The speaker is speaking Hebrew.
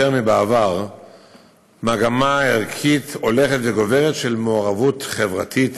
מבעבר מגמה ערכית הולכת וגוברת של מעורבות חברתית.